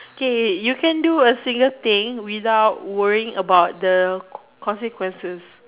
K you can do a single thing without worrying about the consequences